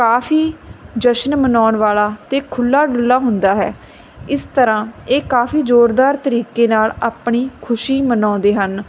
ਕਾਫੀ ਜਸ਼ਨ ਮਨਾਉਣ ਵਾਲਾ ਅਤੇ ਖੁੱਲ੍ਹਾ ਡੁੱਲਾ ਹੁੰਦਾ ਹੈ ਇਸ ਤਰ੍ਹਾਂ ਇਹ ਕਾਫੀ ਜ਼ੋਰਦਾਰ ਤਰੀਕੇ ਨਾਲ ਆਪਣੀ ਖੁਸ਼ੀ ਮਨਾਉਂਦੇ ਹਨ